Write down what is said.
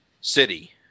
city